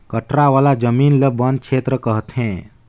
कठरा वाला जमीन ल बन छेत्र कहथें